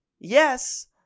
Yes